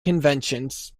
conventions